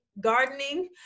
gardening